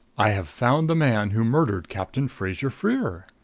i have found the man who murdered captain fraser-freer.